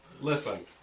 Listen